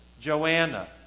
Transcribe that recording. Joanna